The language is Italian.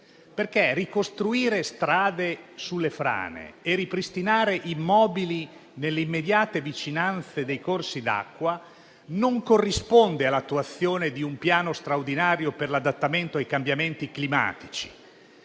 infatti strade sulle frane e ripristinare immobili nelle immediate vicinanze dei corsi d'acqua non corrisponde all'attuazione di un piano straordinario per l'adattamento ai cambiamenti climatici,